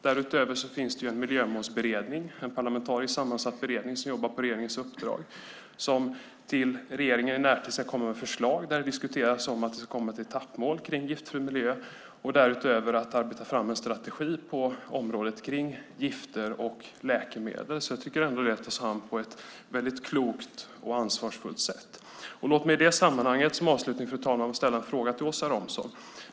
Därutöver finns det en miljömålsberedning, en parlamentariskt sammansatt beredning som jobbar på regeringens uppdrag, som till regeringen i närtid ska komma med förslag. Där diskuteras ett etappmål för giftfri miljö och därutöver en strategi på området kring gifter och läkemedel. Så jag tycker ändå att det tas omhand på ett väldigt klokt och ansvarsfullt sätt. Låt mig som avslutning, fru talman, ställa en fråga till Åsa Romson.